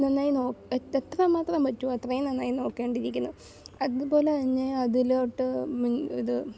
നന്നായി എത്രമാത്രം പറ്റുമോ അത്രയും നന്നായി നോക്കേണ്ടിയിരിക്കുന്നു അതുപോലെ തന്നെ അതിലോട്ട് ഇത്